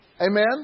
Amen